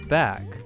back